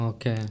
Okay